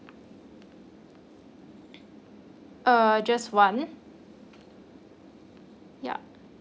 uh just one yup